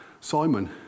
Simon